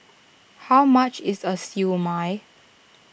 how much is Siew Mai